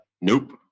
Nope